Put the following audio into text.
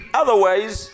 otherwise